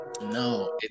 No